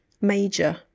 major